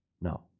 No